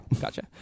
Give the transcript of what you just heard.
Gotcha